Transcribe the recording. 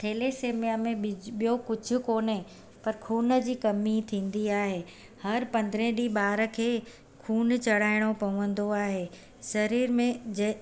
thalassemia में बि ॿियो कुझु कोन्हे पर खून जी कमी थींदी आहे हर पंद्रहें ॾींहुं ॿार खे खून चड़ाइणो पवंदो आहे शरीर में जे